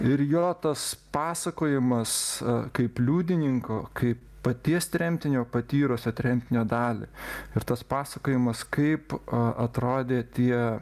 ir jo tas pasakojimas kaip liudininko kaip paties tremtinio patyrusio tremtinio dalį ir tas pasakojimas kaip atrodė tie